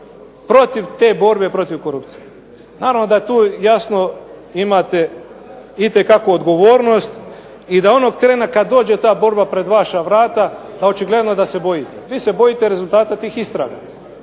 protiv te borbe protiv korupcije. Naravno da tu jasno imate itekakvu odgovornost i da onog trena kad dođe ta borba pred vaša vrata očigledno je da se bojite. Vi se bojite rezultata tih istraga,